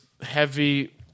heavy